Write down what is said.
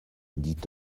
dit